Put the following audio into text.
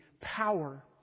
power